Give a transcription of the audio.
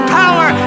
power